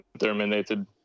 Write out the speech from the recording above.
terminated